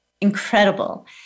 incredible